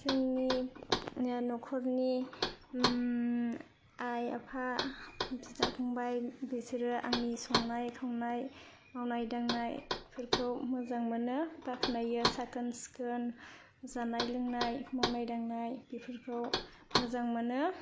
जोंनि न'खरनि आइ आफा बिदा फंबाय बिसोरो आंनि संनाय मावनाय दांनायफोरखौ बाखनायो साखोन सिखोन जानाय लोंनाय मावनाय दांनाय बेफोरखौ मोजां मोनो